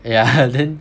yeah then